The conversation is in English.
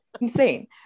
Insane